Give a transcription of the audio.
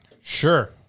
Sure